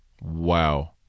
Wow